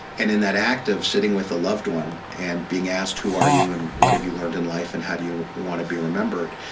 and in that act of sitting with a loved one, and being asked who are you, and what have you learned in life, and how do you want to be remembered,